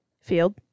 field